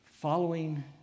Following